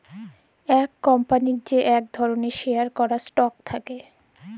ইক কম্পলির যে ইক ধরলের শেয়ার ক্যরা স্টক থাক্যে